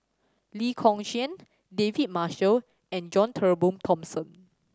Lee Kong Chian David Marshall and John Turnbull Thomson